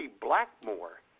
Blackmore